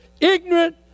ignorant